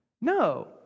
No